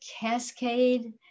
cascade